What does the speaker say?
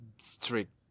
strict